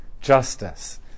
justice